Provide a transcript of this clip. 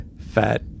fat